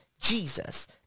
Jesus